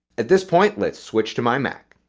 at this point let's switch to my mac.